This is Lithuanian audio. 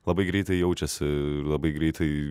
labai greitai jaučiasi labai greitai